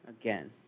again